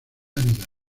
áridas